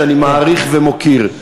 שאני מעריך ומוקיר,